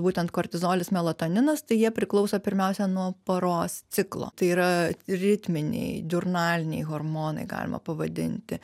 būtent kortizolis melatoninas tai jie priklauso pirmiausia nuo paros ciklo tai yra ritminiai diurnaliniai hormonai galima pavadinti